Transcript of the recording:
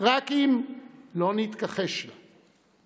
רק אם לא נתכחש לה.